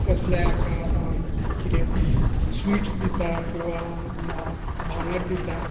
कसले हाका अ कितें स्विट्स दितात किंवा आ भांगर दिता